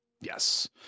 Yes